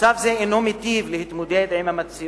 מצב זה אינו מיטיב להתמודד עם המציאות